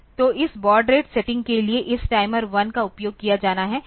तो इस baud rate setting के लिए इस टाइमर 1 का उपयोग किया जाना है